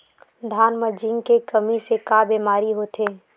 धान म जिंक के कमी से का बीमारी होथे?